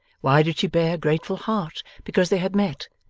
why did she bear a grateful heart because they had met,